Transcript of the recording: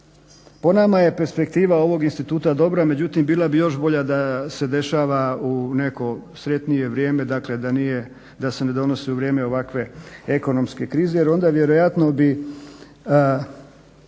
Po nama je perspektiva ovog instituta dobra međutim bila bi još bolja da se dešava u nekakvo sretnije vrijeme dakle da se ne donosi u vrijeme ovakve ekonomske krize jer onda vjerojatno bi